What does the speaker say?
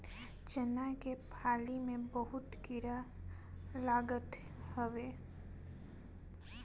चना के फली में बहुते कीड़ा लागत हवे